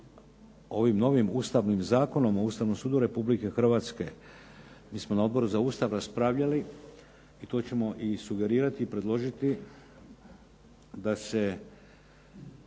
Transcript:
ovim novim ustavnim Zakonom o Ustavnom sudu Republike Hrvatske, mi smo na Odboru za Ustav raspravljali i to ćemo i sugerirati i predložiti da se